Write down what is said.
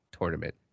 tournament